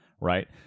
right